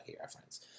reference